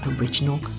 original